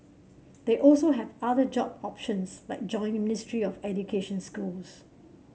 they also have other job options like joining Ministry of Education schools